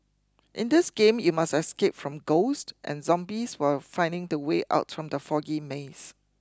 in this game you must escape from ghosts and zombies while finding the way out from the foggy maze